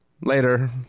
later